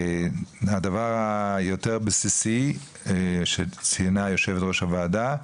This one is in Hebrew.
הדבר היותר בסיסי שציינה יו"ר הוועדה,